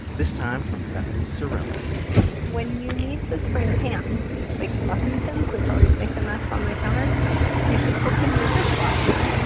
this time from bethany cerellas when you need to spray a pan like muffin tins, which always make a mess on the counter you should open your dishwasher,